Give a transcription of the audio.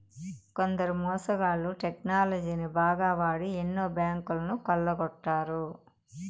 కొందరు మోసగాళ్ళు టెక్నాలజీని బాగా వాడి ఎన్నో బ్యాంకులను కొల్లగొట్టారు